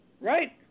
Right